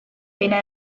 pena